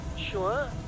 Sure